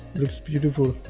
looks beautiful.